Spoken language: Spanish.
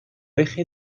eje